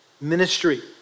ministry